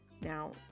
now